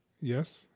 Yes